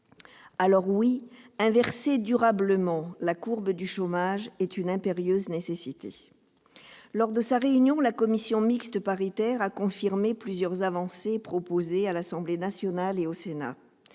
Alors, oui, inverser durablement la courbe du chômage est une impérieuse nécessité ! Lors de sa réunion, la commission mixte paritaire a confirmé plusieurs avancées proposées à l'Assemblée nationale et au Sénat.